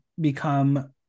become